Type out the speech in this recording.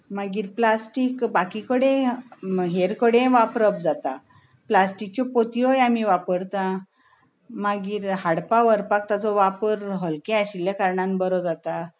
मागीर प्लास्टीक बाकी कडेन हेर कडेनूय वापरप जाता प्लास्टीकच्यो पोतयोय आमी वापरतात मागीर हाडपा व्हरपाक ताचो वापर हलकें आशिल्ल्या कारणान बरो जाता